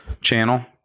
channel